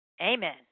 Amen